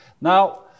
now